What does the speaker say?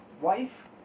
wife